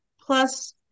Plus